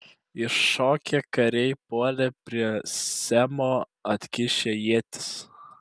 iššokę kariai puolė prie semo atkišę ietis